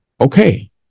Okay